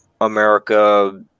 America